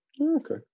okay